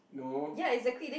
no